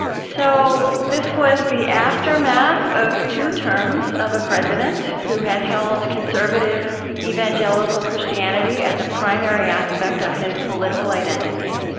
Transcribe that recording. so this was the aftermath of two terms of a president who had held conservative evangelical christianity as a primary aspect of his political identity.